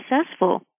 successful